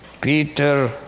Peter